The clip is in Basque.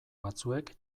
batzuek